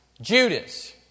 Judas